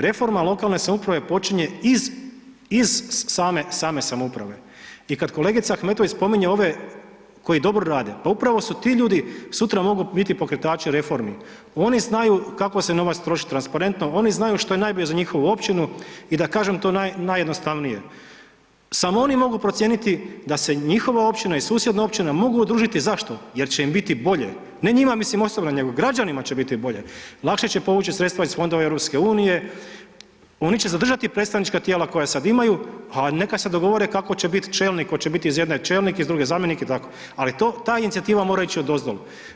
Reforma lokalne samouprave počinje iz same samouprave i kad kolegica Ahmetović spominje ove koji dobro rade, pa upravo su ti ljudi, sutra mogu biti pokretači reformi, oni znaju kako se novac troši transparentno, oni znaju što je najbolje za njihovu općinu i da kažem to najjednostavnije, samo oni mogu procijeniti da se njihova općina i susjedna općina mogu odužiti, zašto, jer će im biti bolje, ne njima mislim osobno nego građanima će biti bolje, lakše će povući sredstva iz fondova EU-a, oni će zadržati predstavnička tijela koja sad imaju a neka se dogovore kako će bit čelnik, hoće bit iz jedne čelnik, iz druge zamjenik i tako, ali ta inicijativa mora ići odozdol.